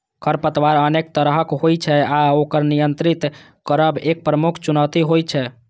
खरपतवार अनेक तरहक होइ छै आ ओकर नियंत्रित करब एक प्रमुख चुनौती होइ छै